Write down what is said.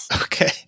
okay